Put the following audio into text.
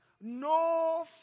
no